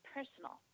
Personal